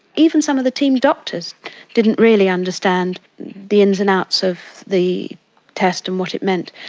even some of the team doctors didn't really understand the ins and outs of the test and what it meant.